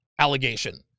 allegation